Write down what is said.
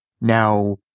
Now